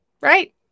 right